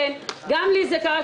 גם לי זה קרה,